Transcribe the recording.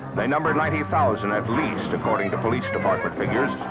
they number ninety thousand, at least, according to police department figures.